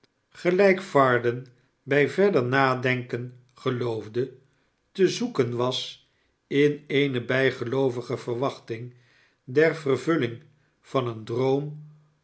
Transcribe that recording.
gelijk varden bij verder nadenken geloofde te zoeken was in eene bijgeloovige verwachting der vervulling van een droom